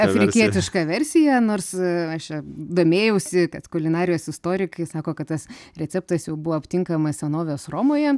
afrikietiška versija nors aš domėjausi kad kulinarijos istorikai sako kad tas receptas jau buvo aptinkamas senovės romoje